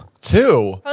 Two